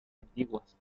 antiguas